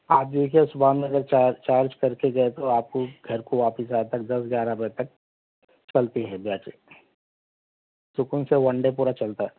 آپ دیکھیے صبح میں اگر چار چارج کر کے گئے تو آپ کو گھر کو واپس آنے تک دس گیارہ بجے تک چلتی ہے بیٹری سکون سے ون ڈے پورا چلتا ہے